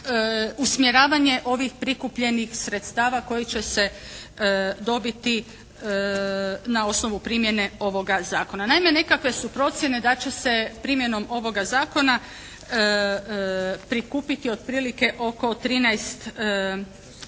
usmjeravanje ovih prikupljenih sredstava koja će se dobiti na osnovu primjene ovoga zakona. Naime, nekakve su procjene da će se primjenom ovoga zakona prikupiti otprilike oko